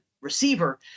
receiver